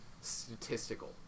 statistical